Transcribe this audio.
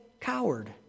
coward